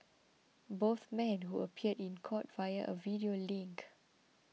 both men who appeared in court via a video link